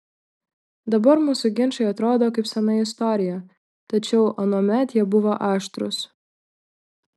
dabar mūsų ginčai atrodo kaip sena istorija tačiau anuomet jie buvo aštrūs